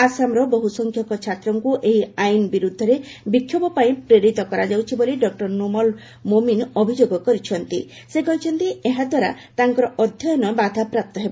ଆସାମର ବହୁ ସଂଖ୍ୟକ ଛାତ୍ରଙ୍କୁ ଏହି ଆଇନ ବିରୁଦ୍ଧରେ ବିକ୍ଷୋଭ ପାଇଁ ପ୍ରେରିତ କରାଯାଉଛି ବୋଲି ଡକ୍ଟର ନୁମଲ ମୋମିନ୍ ଅଭିଯୋଗ କରିଛନ୍ତି ସେ କହିଛନ୍ତି ଏହା ଦ୍ୱାରା ତାଙ୍କର ଅଧ୍ୟୟନ ବାଧାପ୍ରାପ୍ତ ହେବ